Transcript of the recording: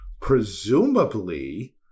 presumably